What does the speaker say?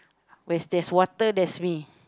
where's there's water there's me